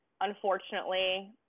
unfortunately